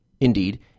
Indeed